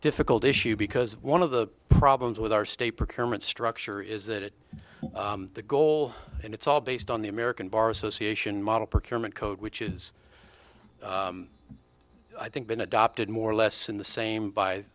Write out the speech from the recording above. difficult issue because one of the problems with our state procurement structure is that it the goal and it's all based on the american bar association model procurement code which is i think been adopted more or less in the same by